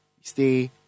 Stay